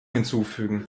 hinzufügen